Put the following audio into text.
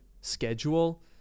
schedule